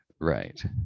Right